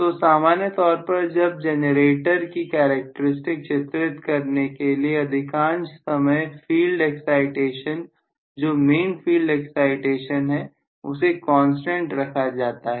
तो सामान्य तौर पर जनरेटर की कैरेक्टरस्टिक्स चित्रित करने के लिए अधिकांश समय फील्ड एक्साइटेशन जो मेन फील्ड एक्साइटेशन है उसे कांस्टेंट रखा जाता है